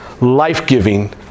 life-giving